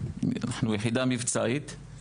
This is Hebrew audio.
אנחנו יחידה מבצעית,